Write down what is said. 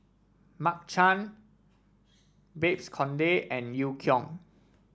Mark Chan Babes Conde and Eu Kong